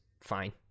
fine